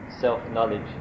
self-knowledge